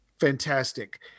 fantastic